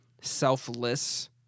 selfless